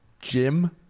Jim